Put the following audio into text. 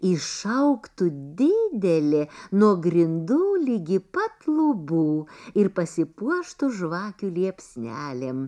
išaugtų didelė nuo grindų ligi pat lubų ir pasipuoštų žvakių liepsnelėm